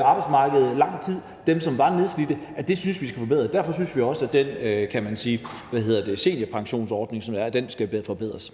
arbejdsmarkedet i lang tid – dem, som er nedslidte – og det synes vi vi skal forbedre, og derfor synes vi også, at den seniorpensionsordning, som der er, skal forbedres.